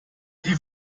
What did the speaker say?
die